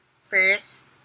first